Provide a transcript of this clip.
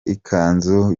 ikanzu